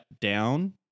down